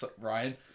Ryan